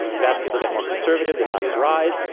but as people get more conservative, the values rise.